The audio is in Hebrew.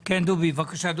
דובי, בבקשה.